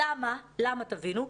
למה תבינו?